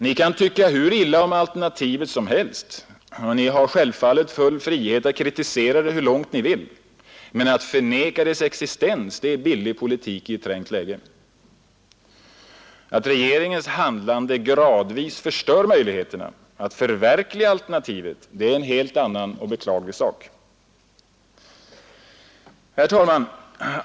Ni kan tycka hur illa om alternativet som helst, och ni har och EEC självfallet full frihet att kritisera det hur långt Ni vill, men att förneka dess existens är billig politik i ett trängt läge. Att regeringens handlande gradvis förstör möjligheterna att förverkliga alternavitet är en helt annan och beklaglig sak. Herr talman!